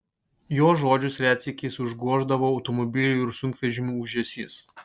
jo žodžius retsykiais užgoždavo automobilių ir sunkvežimių ūžesys